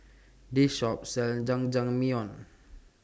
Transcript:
This Shop sells Jajangmyeon